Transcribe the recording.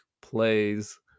plays